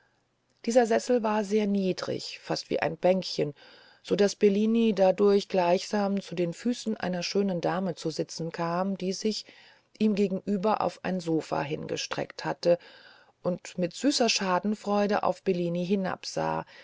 dieser sessel war sehr niedrig fast wie ein bänkchen so daß bellini dadurch gleichsam zu den füßen einer schönen dame zu sitzen kam die sich ihm gegenüber auf ein sofa hingestreckt hatte und mit süßer schadenfreude auf bellini hinabsah